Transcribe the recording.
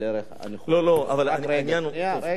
אבל, לא, אבל העניין, רגע, רגע.